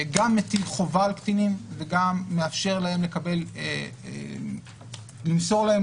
שגם מטיל חובה על קטינים וגם מאפשר למסור להם